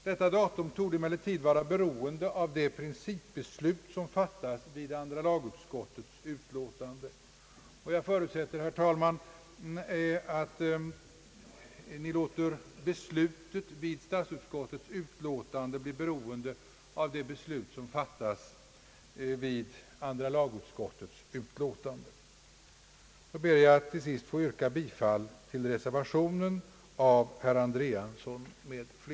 Detta datum torde emellertid vara beroende av det principbeslut som fattas vid andra lagutskottets utlåtande nr 50. Jag förutsätter, herr talman, att beslutet vid detta statsutskottets utlåtande blir beroende av det beslut som fattas vid andra lagutskottets utlåtande.